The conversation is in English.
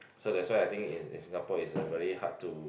so that's why I think in in Singapore it's a very hard to